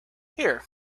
here